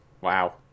Wow